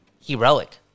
heroic